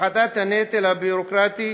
הפחתת הנטל הביורוקרטי